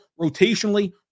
rotationally